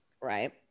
right